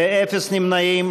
אפס נמנעים.